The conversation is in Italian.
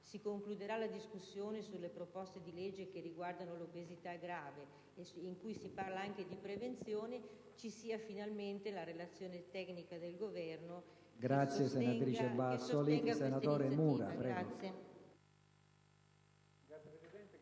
si concluderà la discussione dei disegni di legge riguardanti l'obesità grave, in cui si parla anche di prevenzione, ci sia finalmente la relazione tecnica del Governo e che questa sostenga detta iniziativa.